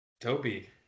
Toby